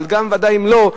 אבל גם ודאי אם לא,